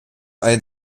einer